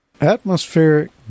Atmospheric